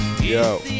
Yo